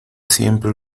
siempre